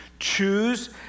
choose